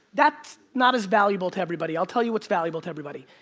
that's not as valuable to everybody. i'll tell you what's valuable to everybody.